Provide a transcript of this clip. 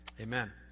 Amen